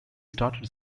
started